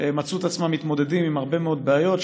הם מצאו את עצמם מתמודדים עם הרבה מאוד בעיות.